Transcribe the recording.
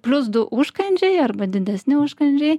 plius du užkandžiai arba didesni užkandžiai